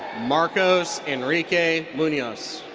marcos enrique munoz.